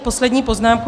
Poslední poznámka.